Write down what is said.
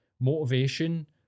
motivation